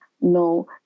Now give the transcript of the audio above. No